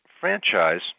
franchise